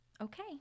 Okay